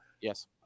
yes